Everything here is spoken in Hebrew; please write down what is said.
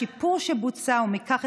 השיפור שבוצע ומכך,